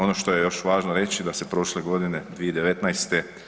Ono što je još važno reći da se prošle godine, 2019.